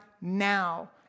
now